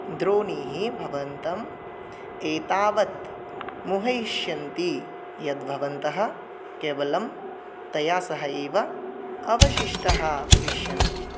द्रोणीः भवन्तम् एतावत् मोहयिष्यन्ति यद् भवन्तः केवलं तया सह एव अवशिष्टाः भविष्यन्ति